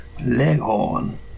Leghorn